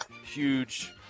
huge